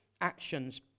actions